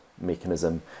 mechanism